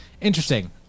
Interesting